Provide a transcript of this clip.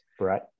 Right